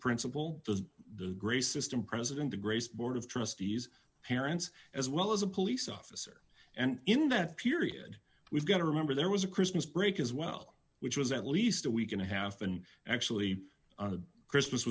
principal was the gray system president the grace board of trustees parents as well as a police officer and in that period we've got to remember there was a christmas break as well which was at least a week and a half and actually christmas